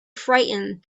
frightened